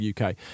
UK